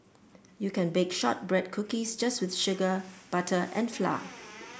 you can bake shortbread cookies just with sugar butter and flour